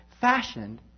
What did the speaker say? fashioned